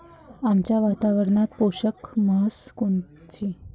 आमच्या वातावरनात पोषक म्हस कोनची?